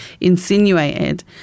insinuated